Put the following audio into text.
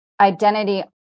identity